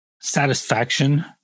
satisfaction